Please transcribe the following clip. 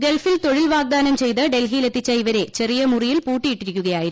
ഗൾഫിൽ തൊഴിൽ വാഗ്ദാനം ചെയ്ത് ഡൽഹിയിൽ എത്തിച്ച ഇവരെ ചെറിയ മുറിയിൽ പൂട്ടിയിട്ടിരിക്കുകയായിരുന്നു